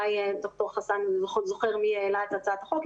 אולי ד"ר חסן זוכר מי העלה את הצעת החוק.